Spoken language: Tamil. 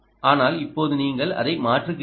ஆனால் இப்போது நீங்கள் அதை மாற்றுகிறீர்கள்